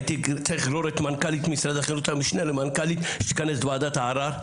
הייתי צריך לגרור את המשנה למנכ"לית משרד החינוך שתכנס את ועדת הערר.